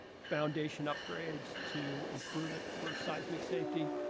foundation upgrades to improve it for seismic safety.